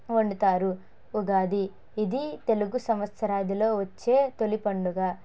వండుతారు ఉగాది ఇది తెలుగు సంవత్సరాదిలో వచ్చే తొలి పండుగ